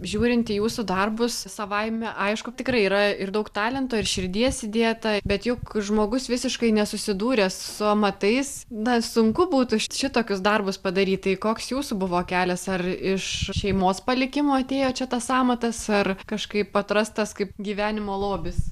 žiūrint į jūsų darbus savaime aišku tikrai yra ir daug talento ir širdies įdėta bet juk žmogus visiškai nesusidūręs su amatais na sunku būtų šitokius darbus padaryt tai koks jūsų buvo kelias ar iš šeimos palikimo atėjo čia tas amatas ar kažkaip atrastas kaip gyvenimo lobis